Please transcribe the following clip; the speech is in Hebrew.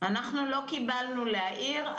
אנחנו לא קיבלנו להעיר.